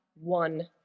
one